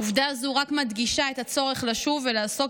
עובדה זו רק מדגישה את הצורך לשוב ולעסוק